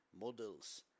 models